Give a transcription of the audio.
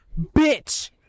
bitch